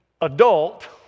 adult